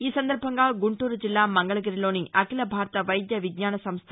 ఈ సందర్భంగా గుంటూరు జిల్లా మంగళగిరిలోని అఖిల భారత వైద్య శాస్తాల సంస్థ